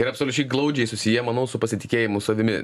ir absoliučiai glaudžiai susiję manau su pasitikėjimu savimi